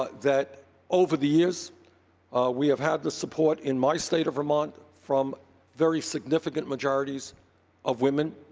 but that over the years we have had the support in my state of vermont from very significant majorities of women.